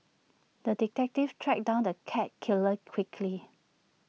the detective tracked down the cat killer quickly